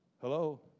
Hello